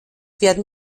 werden